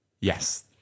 Yes